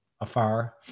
afar